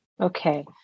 okay